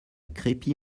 crépy